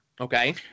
okay